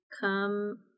Come